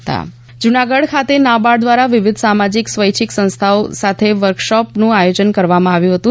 Junagadh NABARD Junagadh ખાતે NABARD દ્વારા વિવિધ સામાજીક સ્વૈવચ્છીરક સંસ્થાેઓ સાથે વર્કશોપનું આયોજન કરવામાં આવ્યું હતું